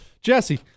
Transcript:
Jesse